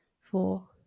four